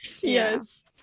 Yes